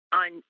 on